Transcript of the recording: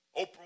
Oprah